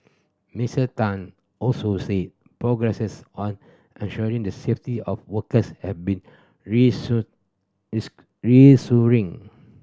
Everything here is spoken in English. Mister Tan also said progress on ensuring the safety of workers have been reassuring